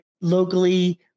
locally